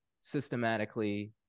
systematically